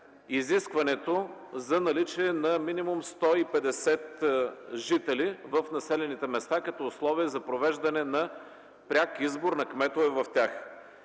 изискването за наличие на минимум 150 жители в населените места като условие за провеждане на пряк избор на кметове в тях.